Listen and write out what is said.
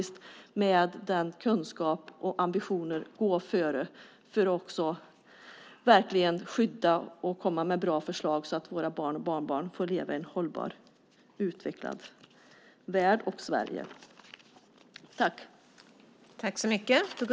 Med kunskap och ambitioner kan vi faktiskt gå före för att skydda och komma med bra förslag, så att våra barn och barnbarn får leva i en hållbar utveckling i världen och Sverige.